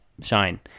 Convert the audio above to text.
shine